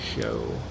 show